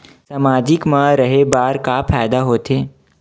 सामाजिक मा रहे बार का फ़ायदा होथे?